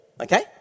okay